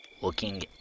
looking